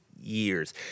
years